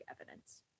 evidence